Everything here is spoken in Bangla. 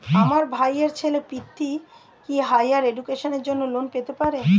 আমার ভাইয়ের ছেলে পৃথ্বী, কি হাইয়ার এডুকেশনের জন্য লোন পেতে পারে?